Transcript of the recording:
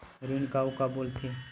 ऋण का अउ का बोल थे?